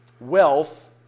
wealth